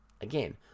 Again